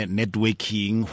networking